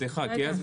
סליחה, כן?